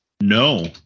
No